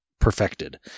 perfected